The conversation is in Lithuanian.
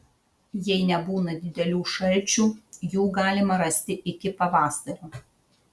jei nebūna didelių šalčių jų galima rasti iki pavasario